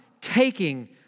taking